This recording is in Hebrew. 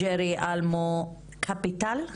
ג'רי אלמו קפיטל,